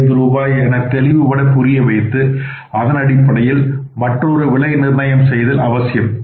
675 ரூபாய் என தெளிவுபட புரியவைத்து அதனடிப்படையில் மற்றொரு விலை நிர்ணயம் செய்தல் அவசியம்